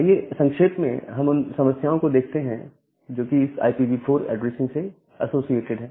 आइए संक्षेप में हम उन समस्याओं को देखते हैं जो कि इस IPv4 ऐड्रेसिंग से एसोसिएटेड है